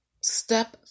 Step